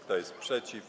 Kto jest przeciw?